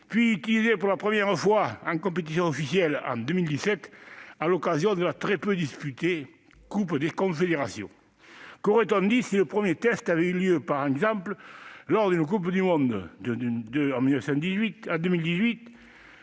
été utilisé pour la première fois en compétition officielle en 2017 à l'occasion de la très peu disputée Coupe des confédérations. Qu'aurait-on dit si le premier test avait eu lieu, par exemple, lors de la Coupe du monde de 2018 ?